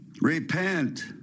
repent